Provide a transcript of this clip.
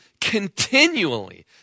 continually